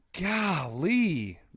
Golly